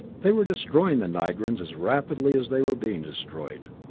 they were destroying the nigrans as rapidly as they were being destroyed,